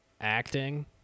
acting